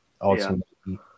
ultimately